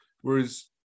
Whereas